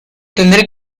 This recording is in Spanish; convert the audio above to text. tendré